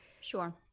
Sure